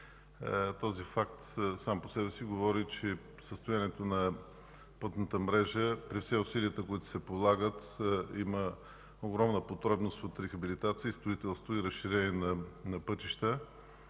Този факт сам по себе си говори, че състоянието на пътната мрежа при все усилията, които се полагат, има огромна потребност от рехабилитация, строителство и разширение на пътища.